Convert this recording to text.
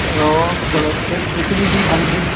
र' होमब्लालाय बे फिलफिलिजों थांसै